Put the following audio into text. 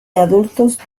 adultos